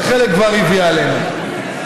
וחלק כבר הביאה עלינו.